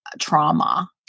trauma